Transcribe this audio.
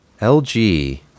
LG